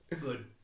Good